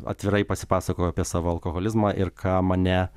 atvirai pasipasakojau apie savo alkoholizmą ir ką mane